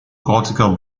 cortical